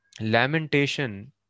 lamentation